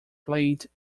played